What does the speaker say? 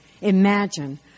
Imagine